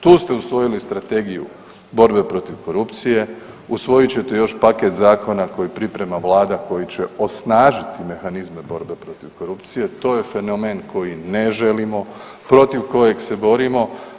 Tu ste usvojili Strategiju borbe protiv korupcije, usvojit ćete još paket zakona koji priprema Vlada koji će osnažiti mehanizme borbe protiv korupcije, to je fenomen koji ne želimo protiv kojeg se borimo.